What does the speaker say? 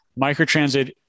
microtransit